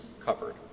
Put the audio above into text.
covered